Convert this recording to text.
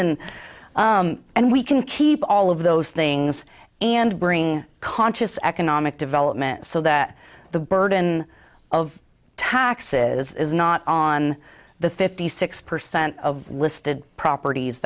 n and we can keep all of those things and bring conscious economic development so that the burden of taxes is not on the fifty six percent of listed properties